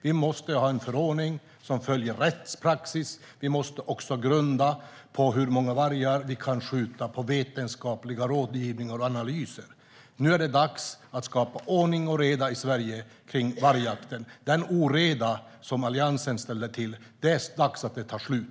Vi måste ha en förordning som följer rättspraxis, och vi måste grunda hur många vargar vi kan skjuta på vetenskaplig rådgivning och analys. Nu är det dags att skapa ordning och reda kring vargjakten i Sverige. Det är dags att den oreda Alliansen ställde till tar slut.